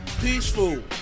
Peaceful